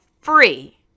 free